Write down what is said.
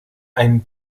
ein